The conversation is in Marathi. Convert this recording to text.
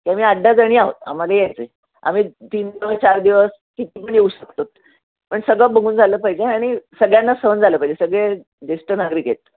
की आम्ही आठ दहाजणी आहोत आम्हाला यायचं आहे आम्ही तीन चार दिवस किती पण येऊ शकतो पण सगळं बघून झालं पाहिजे आणि सगळ्यांना सहन झालं पाहिजे सगळे ज्येष्ठ नागरिक आहेत